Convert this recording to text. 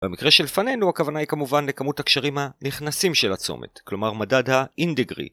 במקרה שלפנינו, הכוונה היא כמובן לכמות הקשרים הנכנסים של הצומת, כלומר מדד הindegree.